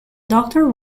doctor